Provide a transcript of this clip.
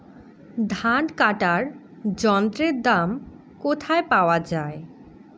ধান কাটার যন্ত্রের দাম কোথায় পাওয়া যায়?